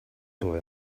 boy